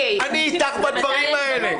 אני איתך בדברים האלה.